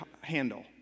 handle